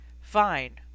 fine